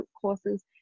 courses